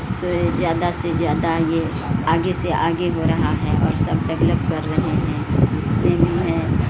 سے زیادہ سے زیادہ یہ آگے سے آگے ہو رہا ہے اور سب ڈیولپ کر رہے ہیں جتنے بھی ہیں